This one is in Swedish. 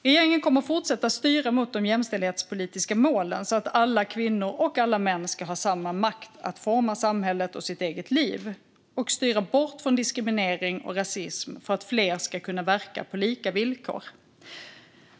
Regeringen kommer att fortsätta styra mot de jämställdhetspolitiska målen så att alla kvinnor och män har samma makt att forma samhället och sitt eget liv, och vi ska styra bort från diskriminering och rasism för att fler ska kunna verka på lika villkor.